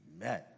Amen